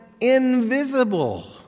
invisible